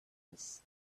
else